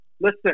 listen